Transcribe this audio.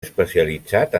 especialitzat